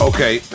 Okay